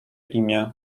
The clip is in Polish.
imię